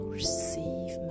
receive